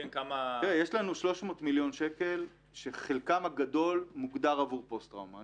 יש לנו 300 מיליון שקל שחלקם הגדול מוגדר עבור פוסט טראומה.